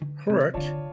hurt